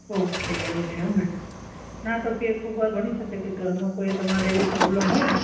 okay એવું છે એમને ના તો કે કોઈ વાર બની શકે છે ઘરમાં કોઈ તમારે એવી પ્રોબ્લેમ હોયને